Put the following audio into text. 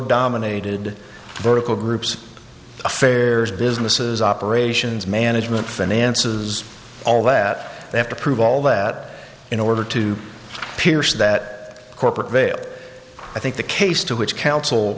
dominated vertical groups affairs businesses operations management finances all that they have to prove all that in order to pierce that corporate veil i think the case to which counsel